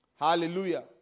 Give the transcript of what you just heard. Hallelujah